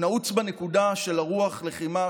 נעוץ בנקודה של רוח הלחימה,